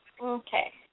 Okay